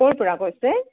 ক'ৰ পৰা কৈছে